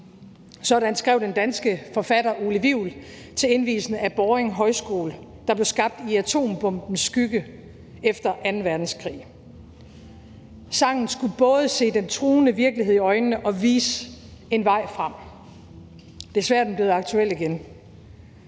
Sådan skrev den danske forfatter Ole Wivel til indvielsen af Båring Højskole, der blev skabt i atombombens skygge efter anden verdenskrig. Sangen skulle både se den truende virkelighed i øjnene og vise en vej frem. Desværre er den blevet aktuel igen: